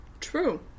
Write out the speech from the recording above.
True